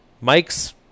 Mike's